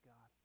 God